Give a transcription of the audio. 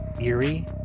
eerie